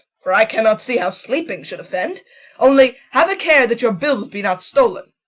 for i cannot see how sleeping should offend only have a care that your bills be not stolen.